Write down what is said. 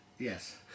Yes